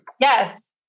yes